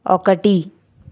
ఒకటి